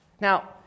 Now